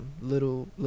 little